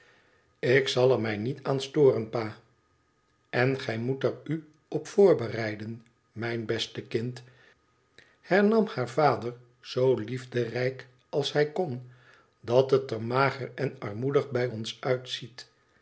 ik zal er mij niet aan storen pa en gij moet eruop voorbereiden mijn beste kind hernam haar vader zoo liefderijk als hij kon dat het er mager en armoedig bij ons uitziet